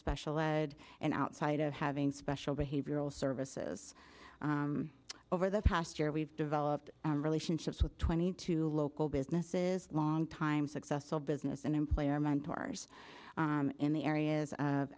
special lead and outside of having special behavioral services over the past year we've developed relationships with twenty two local businesses longtime successful business and employer mentors in the areas of